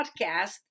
podcast